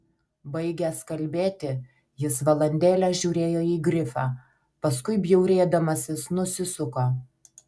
baigęs kalbėti jis valandėlę žiūrėjo į grifą paskui bjaurėdamasis nusisuko